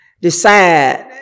decide